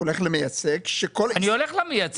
הוא הולך למייצג ש --- אני הולך למייצג.